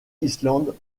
island